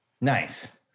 Nice